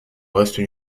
reste